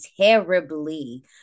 terribly